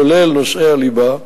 כולל נושאי הליבה,